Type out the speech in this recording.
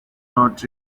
not